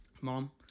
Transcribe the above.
Mom